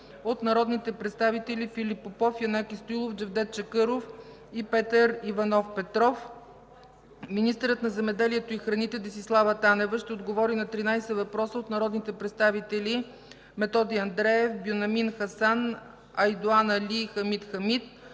от народните представители Филип Попов, Янаки Стоилов, Джевдет Чакъров, и Петър Иванов Петров. Министърът на земеделието и храните Десислава Танева ще отговори на 13 въпроса от народните представители Методи Андреев, Бюнямин Хасан, Айдоан Али и Хамид Хамид,